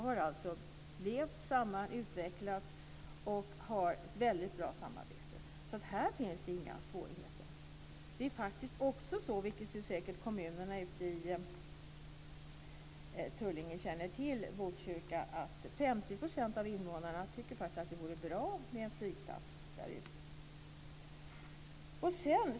De har alltså levt samman och utvecklats, och de har ett bra samarbete. Här finns det alltså inga svårigheter. Som kommunerna i Tullinge och Botkyrka också säkert känner till tycker 50 % av invånarna att det vore bra med en flygplats där ute.